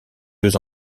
deux